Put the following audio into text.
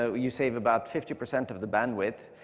so you save about fifty percent of the bandwidth.